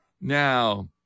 Now